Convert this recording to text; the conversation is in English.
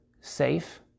safe